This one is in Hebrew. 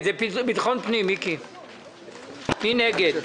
מי נגד?